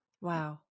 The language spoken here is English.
Wow